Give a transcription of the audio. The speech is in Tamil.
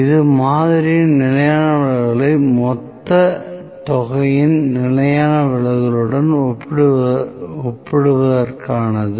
இது மாதிரியின் நிலையான விலகலை மொத்த தொகையின் நிலையான விலகலுடன் ஒப்பிடுவதற்கானது